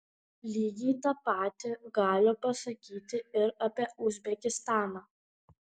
lygiai tą patį galiu pasakyti ir apie uzbekistaną